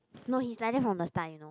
no he's like that from the start you know